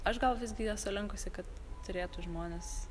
aš gal visgi esu linkusi kad turėtų žmonės